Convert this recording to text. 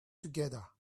together